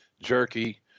jerky